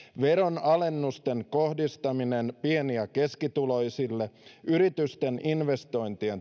veronalennusten kohdistamisesta pieni ja keskituloisille yritysten investointien